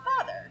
father